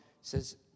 says